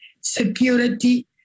security